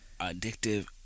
addictive